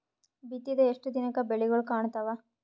ಬಿತ್ತಿದ ಎಷ್ಟು ದಿನಕ ಬೆಳಿಗೋಳ ಕಾಣತಾವ?